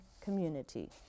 community